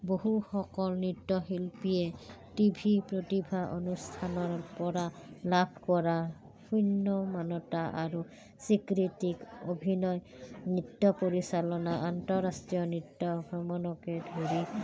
বহুসকল নৃত্যশিল্পীয়ে TV প্ৰতিভা অনুষ্ঠানৰপৰা লাভ কৰা শূন্য মানতা আৰু স্বীকৃতি অভিনয় নৃত্য পৰিচালনা আন্তঃৰাষ্ট্ৰীয় নৃত্য ভ্ৰমণকে ধৰি